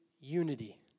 unity